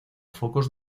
focos